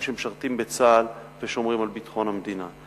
שמשרתים בצה"ל ושומרים על ביטחון המדינה.